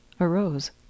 arose